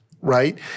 right